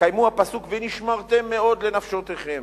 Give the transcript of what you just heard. קיימו הפסוק "ונשמרתם מאד לנפשתיכם".